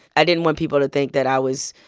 i didn't want people to think that i was,